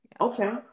okay